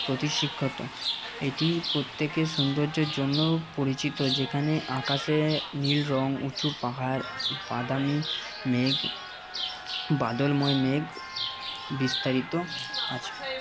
প্রতি শিক্ষত এটি প্রত্যেকে সুন্দর্যের জন্য পরিচিত যেখানে আকাশে নীল রং উঁচু পাহাড় বাদামি মেঘ বাদলময় মেঘ বিস্তারিত আছে